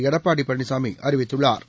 எடப்பாடிபழனிசாமிஅறிவித்துள்ளாா்